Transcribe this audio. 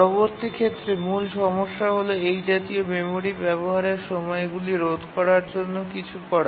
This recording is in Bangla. পরবর্তী ক্ষেত্রে মূল সমস্যা হল এই জাতীয় মেমরি ব্যাবহারের সময়গুলি রোধ করার জন্য কিছু করা